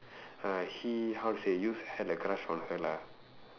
ah he how to say used to have a crush on her lah